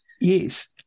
Yes